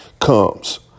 comes